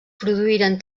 produïren